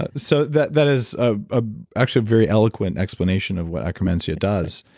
ah so that that is ah ah actually a very eloquent explanation of what akkermansia does.